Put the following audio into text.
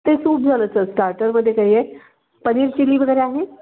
ते सूप झालं सर स्टार्टरमध्ये काही आहे पनीर चिली वगैरे आहे